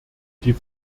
die